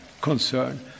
concern